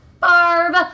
Barb